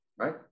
right